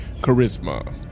Charisma